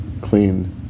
clean